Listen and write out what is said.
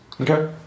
Okay